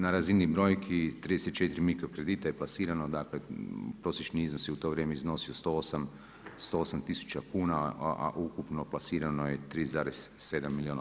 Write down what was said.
Na razini brojki 34 mikrokrdita je plasirano, dakle prosječni iznos je u to vrijeme iznosio 108 tisuća kuna, a ukupno plasirano je 3,7 milijuna.